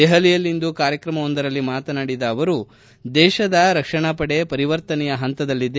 ದೆಹಲಿಯಲ್ಲಿಂದು ಕಾರ್ಯಕ್ರಮವೊಂದರಲ್ಲಿ ಮಾತನಾಡಿದ ಅವರು ದೇಶದ ರಕ್ಷಣಾ ಪಡೆ ಪರಿವರ್ತನೆಯ ಹಂತದಲ್ಲಿದೆ